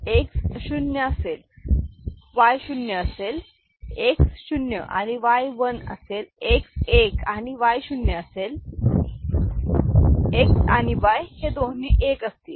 X शून्य असेल Y शून्य असेल X 0 आणि Y1 असेल X एक आणि Y शून्य असेल X आणि Y दोन्ही एक असतील